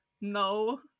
No